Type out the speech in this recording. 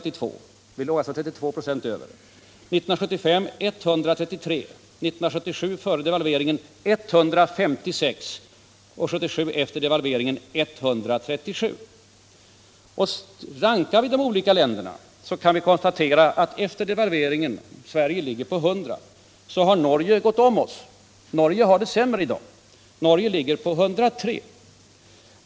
Om vi sätter det vägda genomsnittet till 100 var Sveriges läge Rankar vi de olika länderna kan vi konstatera att Norge gått om oss. Norge har det alltså sämre i dag. Om Sverige ligger på 100, ligger Norge på 103.